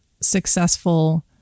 successful